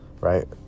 right